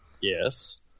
Yes